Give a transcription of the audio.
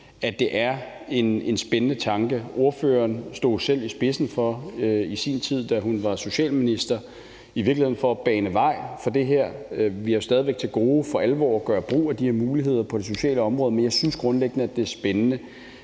at det er en spændende tanke. Da ordføreren i sin tid var socialminister, stod hun selv i spidsen for i virkeligheden at bane vej for det her. Vi har jo stadig væk til gode for alvor at gøre brug af de her muligheder på det sociale område, men jeg synes grundlæggende, at det er spændende.